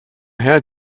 had